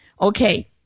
Okay